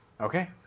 Okay